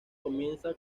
comienza